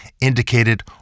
indicated